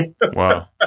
Wow